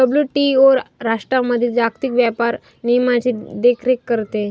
WTO राष्ट्रांमधील जागतिक व्यापार नियमांची देखरेख करते